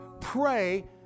Pray